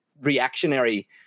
reactionary